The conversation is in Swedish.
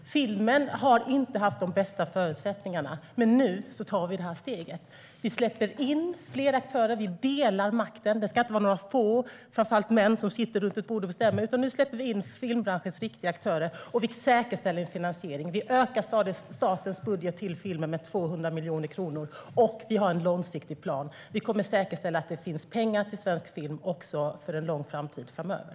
Filmen har inte haft de bästa förutsättningarna. Men nu tar vi det här steget. Vi släpper in fler aktörer. Vi delar makten. Det ska inte vara några få - framför allt män - som sitter runt ett bord och bestämmer. Nu släpper vi in filmbranschens riktiga aktörer. Vi säkerställer en finansiering. Vi ökar statens budget till filmen med 200 miljoner kronor. Och vi har en långsiktig plan. Vi kommer att säkerställa att det finns pengar för svensk film också för lång tid framöver.